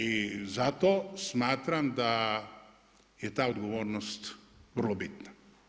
I zato, smatram da je ta odgovornost vrlo bitna.